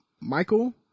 michael